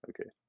Okay